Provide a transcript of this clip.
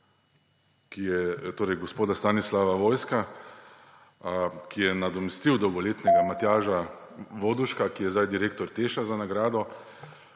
SODA, torej gospoda Stanislava Vojska, ki je nadomestil dolgoletnega Matjaža Voduška, ki je zdaj direktor TEŠ za nagrado,